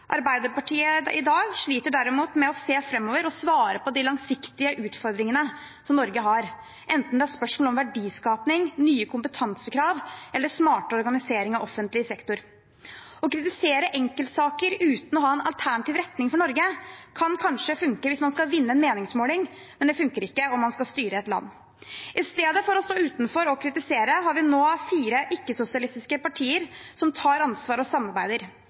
Arbeiderpartiet derimot sliter i dag med å se framover og svare på de langsiktige utfordringene som Norge har, enten det er spørsmål om verdiskaping, nye kompetansekrav eller smartere organisering av offentlig sektor. Å kritisere enkeltsaker uten å ha en alternativ retning for Norge kan kanskje funke hvis man skal toppe en meningsmåling, men det funker ikke om man skal styre et land. I stedet for å stå utenfor og kritisere har vi nå fire ikke-sosialistiske partier som tar ansvar og samarbeider.